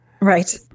Right